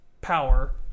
power